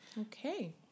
Okay